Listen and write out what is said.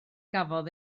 gafodd